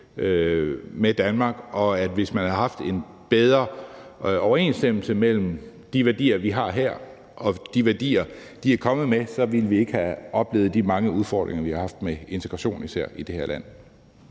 med Danmark, og jeg tror, at hvis man havde haft en bedre overensstemmelse mellem de værdier, vi har her, og de værdier, de er kommet med, ville vi ikke have oplevet de mange udfordringer, vi har haft med især integration i det her land.